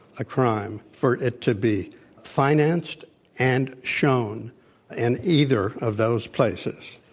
a crime for it to be financed and shown in either of those places.